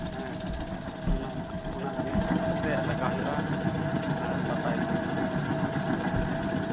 ᱦᱮᱸ ᱚᱱᱟ ᱚᱱᱟ ᱨᱤᱫ ᱠᱟᱛᱮ ᱞᱟᱜᱟᱣ ᱦᱩᱭᱩᱜᱼᱟ ᱟᱨ ᱵᱟᱛᱟᱭ ᱦᱩᱭᱩᱜᱚᱜᱼᱟ ᱨᱟᱹᱯᱩᱫ ᱴᱷᱮᱡ